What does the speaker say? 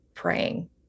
praying